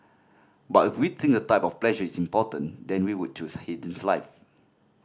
but if we think the type of pleasure is important then we would choose Haydn's life